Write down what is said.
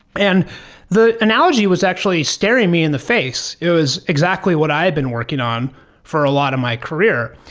and the analogy was actually staring me in the face. it was exactly what i had been working on for a lot of my career.